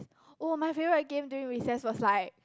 orh my favourite game during recess was like